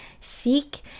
seek